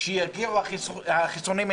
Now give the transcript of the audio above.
כשיגיעו החיסונים,